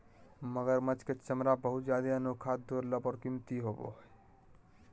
मगरमच्छ के चमरा बहुत जादे अनोखा, दुर्लभ और कीमती होबो हइ